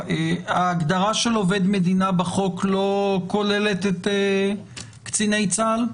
ההגדרה של עובד מדינה בחוק לא כוללת את קציני צה"ל?